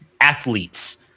athletes